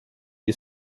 you